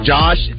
Josh